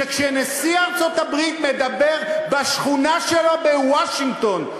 שכשנשיא ארצות-הברית מדבר בשכונה שלו בוושינגטון,